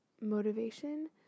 motivation